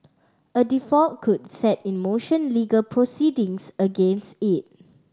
a default could set in motion legal proceedings against it